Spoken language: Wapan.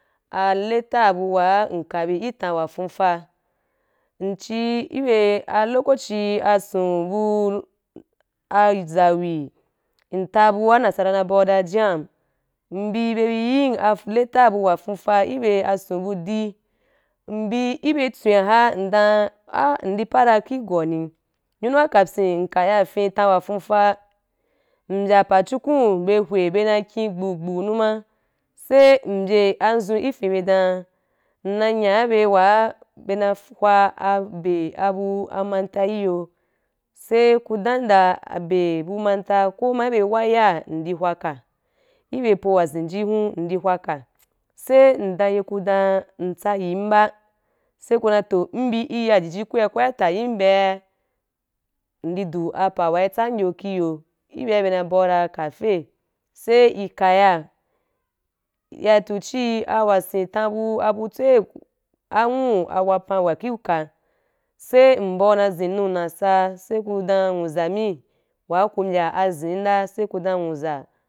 A fa bu wan in kabi itan wa fuufa, in chi khibe ayo ason bu a zawi in ta fa wa kabi ataan wa fuufa wa kwaki inbi be bi yin wasika wa fuufa ki be ason bu di inbi ki tswen. a in dan a’ indi jonwua, ki goani? Nyunu wa payin in kaya in tam wa fuufa mbya apajukun hweh be nari kin gbu gbu numa sai mbyei azun ki fen be dan in na nya abye wa be na hwa abe abu atan wa fyen afa ki yo sai ku dam yi dan ra abe atan abu fa wa hwah hwah ko ma ko be aso wa zenji wa ki vou uri hwa ka sai in dan yiu damra in tsayim ba in bi ai ya ku ya tayin abyea indi du apa wa ki tsan yo ki yo, ki bya be na ri bau dan ranan gizo sai i kaya’a ya tu chii wa sen tan bu abu tsoi anwu wapan wa ki uka sai mbau na zen anu nasar sai ku dm nwuza mi wa ku mbya azem nda sai ku da a nwuza.